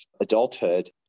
adulthood